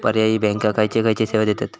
पर्यायी बँका खयचे खयचे सेवा देतत?